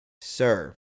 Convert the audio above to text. sir